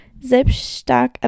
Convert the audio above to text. Selbststark